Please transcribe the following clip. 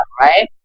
Right